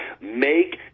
make